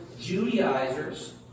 Judaizers